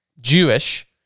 Jewish